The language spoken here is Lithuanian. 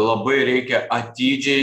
labai reikia atidžiai